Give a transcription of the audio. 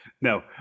No